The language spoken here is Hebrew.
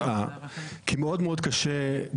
כי מאוד מאוד קשה,